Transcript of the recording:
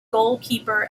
goalkeeper